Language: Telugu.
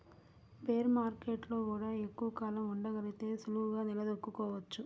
బేర్ మార్కెట్టులో గూడా ఎక్కువ కాలం ఉండగలిగితే సులువుగా నిలదొక్కుకోవచ్చు